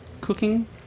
cooking